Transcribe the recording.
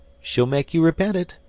she'll make you repent it.